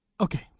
Okay